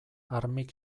armix